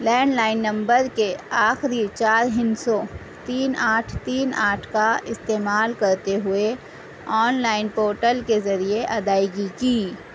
land line نمبر کے آخری چار ہندسوں تین آٹھ تین آٹھ کا استعمال کرتے ہوئے آن لائن پورٹل کے ذریعے ادائیگی کی